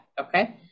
Okay